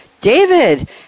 David